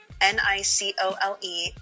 N-I-C-O-L-E